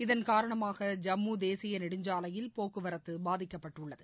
இதன் காரணமாக ஜம்மு தேசிய நெடுஞ்சாலையில் போக்குவரத்து பாதிக்கப்பட்டுள்ளது